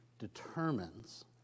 determines